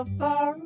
far